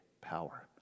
power